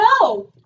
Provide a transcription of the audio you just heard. no